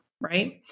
right